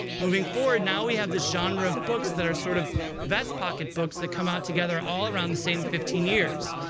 moving forward, now we have this genre of books that are sort of vest pocket books that come out together all around the same fifteen years.